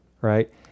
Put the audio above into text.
right